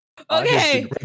Okay